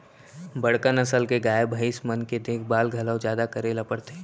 बड़का नसल के गाय, भईंस मन के देखभाल घलौ जादा करे ल परथे